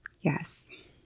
Yes